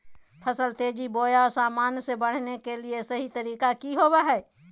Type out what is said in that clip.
फसल तेजी बोया सामान्य से बढने के सहि तरीका कि होवय हैय?